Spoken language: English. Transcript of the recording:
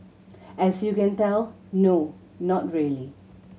as you can tell no not really